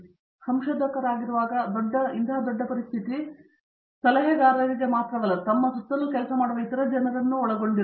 ದೇಶ್ಪಾಂಡೆ ಮತ್ತು ನಾವು ಸಂಶೋಧಕರಾಗಿರುವ ಇತರ ದೊಡ್ಡ ಪರಿಸ್ಥಿತಿ ನಿಜಕ್ಕೂ ನಾವು ಸಲಹೆಗಾರನನ್ನು ಮಾತ್ರವಲ್ಲದೇ ನಮ್ಮ ಸುತ್ತಲೂ ಕೆಲಸ ಮಾಡುವ ಇತರ ಜನರನ್ನು ಒಳಗೊಳ್ಳುತ್ತದೆ